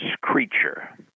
creature